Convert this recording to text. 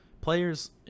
players